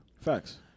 Facts